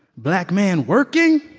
black man working?